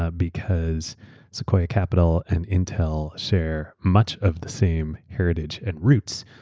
ah because sequoia capital and intel share much of the same heritage and roots,